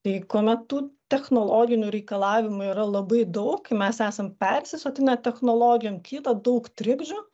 tai kuomet tų technologinių reikalavimų yra labai daug mes esam persisotinę technologijom kitą daug trikdžių